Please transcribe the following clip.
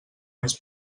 més